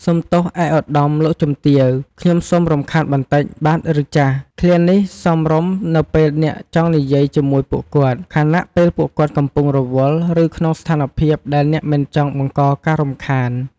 "សូមទោសឯកឧត្តម លោកជំទាវ ខ្ញុំសូមរំខានបន្តិចបាទ ឬ ចាស" ឃ្លានេះសមរម្យនៅពេលអ្នកចង់និយាយជាមួយពួកគាត់ ខណៈពេលពួកគាត់កំពុងរវល់ ឬក្នុងស្ថានភាពដែលអ្នកមិនចង់បង្កការរំខាន។